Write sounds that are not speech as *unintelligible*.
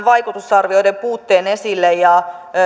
*unintelligible* vaikutusarvioiden puutteen esille